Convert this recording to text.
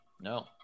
No